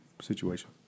situation